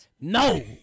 No